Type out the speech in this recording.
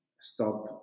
stop